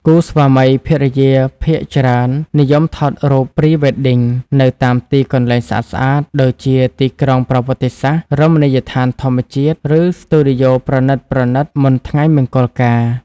គូស្វាមីភរិយាភាគច្រើននិយមថតរូប Pre-Wedding នៅតាមទីកន្លែងស្អាតៗ ដូចជាទីក្រុងប្រវត្តិសាស្ត្រ រមណីយដ្ឋានធម្មជាតិ ឬស្ទូឌីយោប្រណិតៗ មុនថ្ងៃមង្គលការ ។